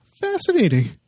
fascinating